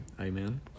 Amen